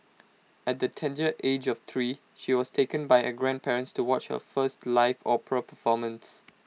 at the tender age of three she was taken by her grandparents to watch her first live opera performance